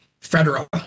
federal